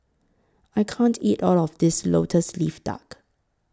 I can't eat All of This Lotus Leaf Duck